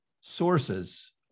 sources